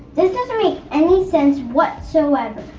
this doesn't make any sense whatsoever.